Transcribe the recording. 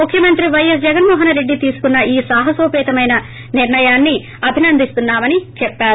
ముఖ్యమంత్రి పైఎస్ జగన్మోహన్రెడ్డి తీసుకున్న ఈ సాహనోపేతమైన నిర్లయాన్ని అభినందిస్తున్నా మని చెప్పారు